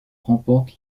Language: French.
remporte